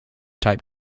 type